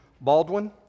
baldwin